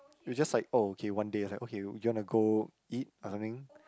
it was just like oh okay one day I was like okay you want to go eat or something